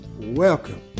Welcome